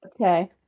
Okay